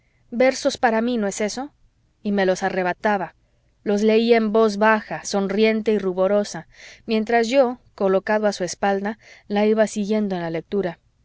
versos para mí no es eso y me los arrebataba los leía en voz baja sonriente y ruborosa mientras yo colocado a su espalda la iba siguiendo en la lectura